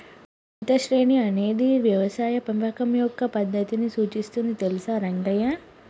ఉచిత శ్రేణి అనేది యవసాయ పెంపకం యొక్క పద్దతిని సూచిస్తుంది తెలుసా రంగయ్య